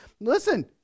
listen